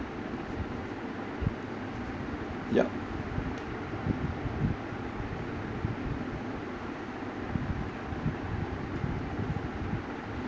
yup